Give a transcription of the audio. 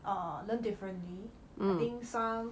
err learn differently I think some